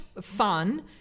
fun